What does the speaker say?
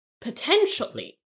potentially